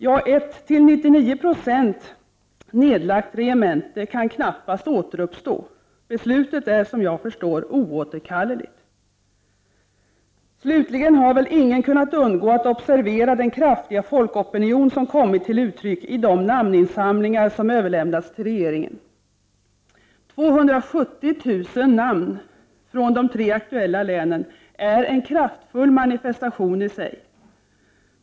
Ja, ett till 99 90 nedlagt regemente kan knappast återuppstå. Beslutet är, som jag förstår, oåterkalleligt. Slutligen har väl ingen kunnat undgå att observera den kraftiga folkopi nion som kommit till uttryck i de namninsamlingar som överlämnats till regeringen. 270 000 namn från de tre aktuella länen är en kraftfull manifestation i sig.